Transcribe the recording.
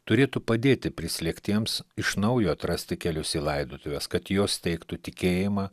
turėtų padėti prislėgtiems iš naujo atrasti kelius į laidotuves kad jos teiktų tikėjimą